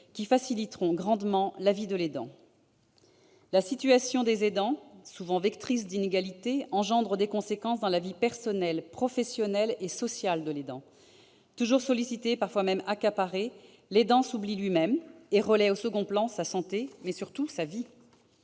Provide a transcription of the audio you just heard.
qui faciliteront grandement la vie de l'aidant. La situation des aidants, qui est souvent vectrice d'inégalités, suscite des conséquences dans leurs vies personnelle, professionnelle et sociale. Toujours sollicité, parfois même accaparé, le proche aidant s'oublie lui-même et relègue au second plan sa santé, mais surtout sa vie.